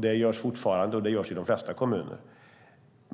Det görs fortfarande, och det görs i de flesta kommuner.